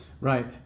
Right